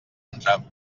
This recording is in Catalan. entrar